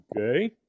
Okay